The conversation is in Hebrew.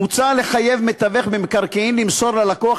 מוצע לחייב מתווך במקרקעין למסור ללקוח